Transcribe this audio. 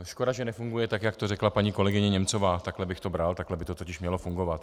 Škoda, že nefunguje tak, jak to řekla paní kolegyně Němcová, takhle bych to bral, takhle by to totiž mělo fungovat.